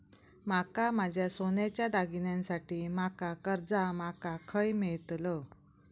माका माझ्या सोन्याच्या दागिन्यांसाठी माका कर्जा माका खय मेळतल?